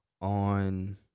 on